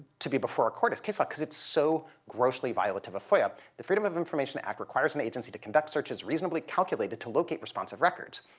to be before a court as case law because it's so grossly violative of foia. the freedom of information act requires an agency to conduct searches reasonably calculated to locate responsive records.